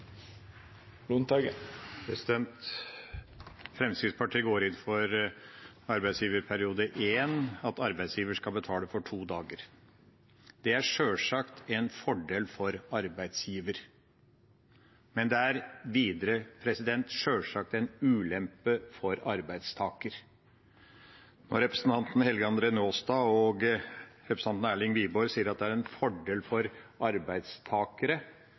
Fremskrittspartiet går inn for arbeidsgiverperiode I, at arbeidsgiver skal betale for to dager. Det er sjølsagt en fordel for arbeidsgiver, men det er videre sjølsagt en ulempe for arbeidstaker. Når representantene Helge André Njåstad og Erlend Wiborg sier at det er en fordel for arbeidstakere,